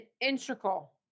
integral